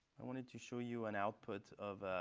i wanted to show you an output of